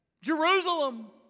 Jerusalem